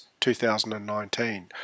2019